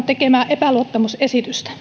tekemää epäluottamusesitystä